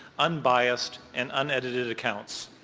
unbiased and unedited accounts.